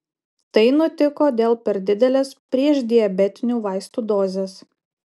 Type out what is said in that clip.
tai nutiko dėl per didelės priešdiabetinių vaistų dozės